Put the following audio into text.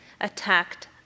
attacked